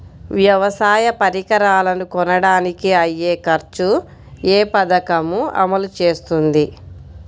వ్యవసాయ పరికరాలను కొనడానికి అయ్యే ఖర్చు ఏ పదకము అమలు చేస్తుంది?